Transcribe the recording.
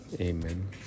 amen